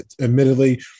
admittedly